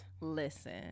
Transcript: Listen